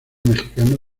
mexicano